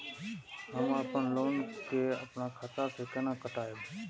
हम अपन लोन के अपन खाता से केना कटायब?